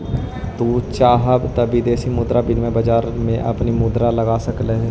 तू चाहव त विदेशी मुद्रा विनिमय बाजार में अपनी मुद्रा लगा सकलअ हे